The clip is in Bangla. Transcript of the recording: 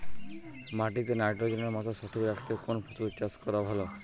মাটিতে নাইট্রোজেনের মাত্রা সঠিক রাখতে কোন ফসলের চাষ করা ভালো?